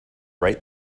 right